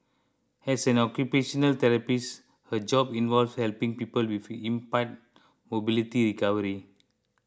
as an occupational therapist her job involves helping people with impaired mobility recovery